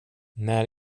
när